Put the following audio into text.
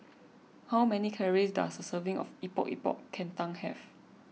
how many calories does a serving of Epok Epok Kentang have